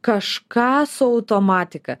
kažką su automatika